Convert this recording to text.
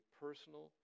personal